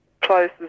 places